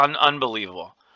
Unbelievable